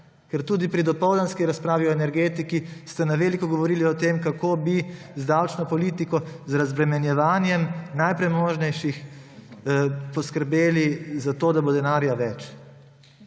Ker tudi pri dopoldanski razpravi o energetiki ste na veliko govorili o tem, kako bi z davčno politiko, z razbremenjevanjem najpremožnejših poskrbeli za to, da bo denarja več.